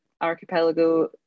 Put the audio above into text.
archipelago